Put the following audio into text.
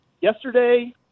yesterday